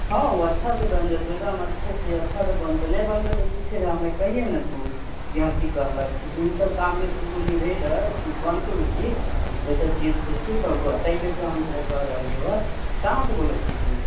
हँ ओ अच्छासँ बनि जेतै एकदम अच्छेसँ अच्छासँ बनतै नहि बनतै तऽ तू फेर हमरा कहिए ने तू हँ कि कहलक तू ईसभ काममे तू निभैबे बनतौ ओ चीज ओहिसभ चीज ठीक हौको ताहि लऽ कऽ हम तोरा कह रहलियौ हँ कहाँसँ बोलै छिही तू